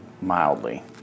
mildly